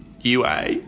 UA